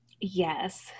Yes